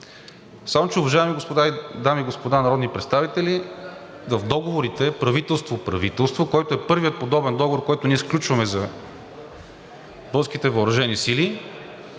Само че, уважаеми дами и господа народни представители, в договорите правителство – правителство, който е първият подобен договор, който ние сключваме за българските въоръжени сили,